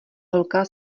holka